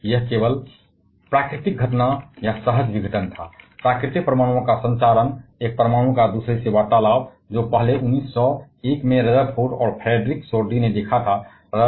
लेकिन यह केवल प्राकृतिक घटना या सहज विघटन था परमाणुओं की प्राकृतिक संसूचना जो एक परमाणु का दूसरे से वार्तालाप है जो पहली बार 1901 में रदरफोर्ड और फ्रेडरिक सोड्डी ने देखा था